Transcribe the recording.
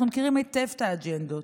אנחנו מכירים היטב את האג'נדות.